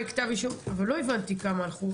אבל לא הבנתי כמה הלכו.